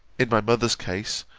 in my mother's case,